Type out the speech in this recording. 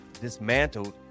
dismantled